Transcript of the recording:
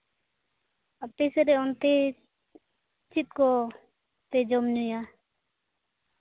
ᱟᱯᱮ ᱥᱮᱫ ᱨᱮ ᱚᱱᱛᱮ ᱪᱮᱫ ᱠᱚᱯᱮ ᱡᱚᱢ ᱧᱩᱭᱟ